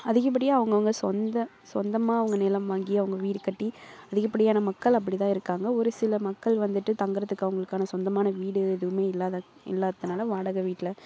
அதிகப்படியாக அவங்க அவங்க சொந்த சொந்தமாக அவங்க நிலம் வாங்கி அவங்க வீடு கட்டி அதிகப்படியான மக்கள் அப்படி தான் இருக்காங்க ஒரு சில மக்கள் வந்துட்டு தங்கிறதுக்கு அவங்களுக்கான சொந்தமான வீடு எதுவுமே இல்லாத இல்லாததனால் வாடகை வீட்டில்